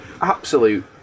absolute